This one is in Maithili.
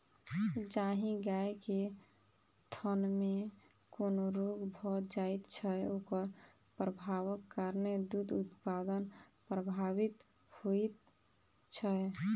जाहि गाय के थनमे कोनो रोग भ जाइत छै, ओकर प्रभावक कारणेँ दूध उत्पादन प्रभावित होइत छै